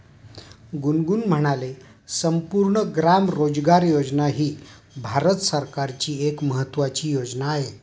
गुनगुन म्हणाले, संपूर्ण ग्राम रोजगार योजना ही भारत सरकारची एक महत्त्वाची योजना आहे